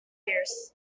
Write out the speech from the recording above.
years